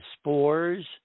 spores